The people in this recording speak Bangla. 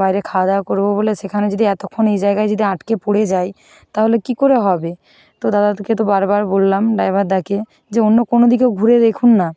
বাইরে খাওয়া দাওয়া করবো বলে সেখানে যদি এতক্ষণ এই জায়গায় যদি আঁটকে পড়ে যাই তাহলে কি করে হবে তো দাদাকে তো বারবার বললাম ড্রাইভার দাকে যে অন্য কোনো দিকেও ঘুরে দেখুন না